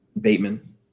Bateman